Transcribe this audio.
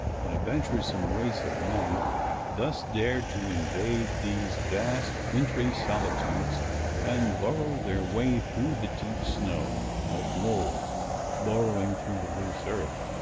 when a venturesome race of men thus dared to invade these vast wintry solitudes and burrow their way through the deep snow, like moles burrowing through the loose earth.